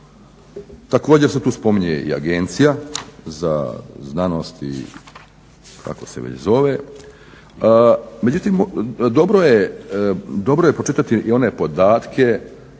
Također se tu spominje i Agencija za znanost i kako se već zove, međutim dobro je pročitati i one podatke